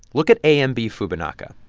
look at amb-fubinaca,